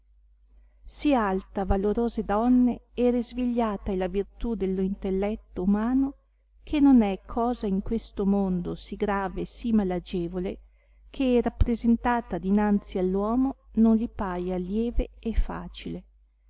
sì alta valorose donne e resvigliata è la virtù dello intelletto umano che non è cosa in questo mondo sì grave e sì malagevole che rappresentata dinanzi all'uomo non li paia lieve e facile